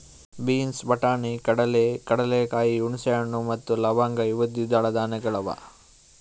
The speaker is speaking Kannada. ಬೀನ್ಸ್, ಬಟಾಣಿ, ಕಡಲೆ, ಕಡಲೆಕಾಯಿ, ಹುಣಸೆ ಹಣ್ಣು ಮತ್ತ ಲವಂಗ್ ಇವು ದ್ವಿದಳ ಧಾನ್ಯಗಳು ಅವಾ